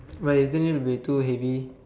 why isn't it will be too heavy